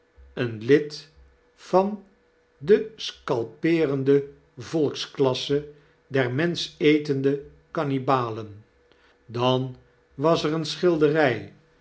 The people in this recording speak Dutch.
een lid van de scalpeerende volksklasse der menschenetende kannibalen dan was er eene schildery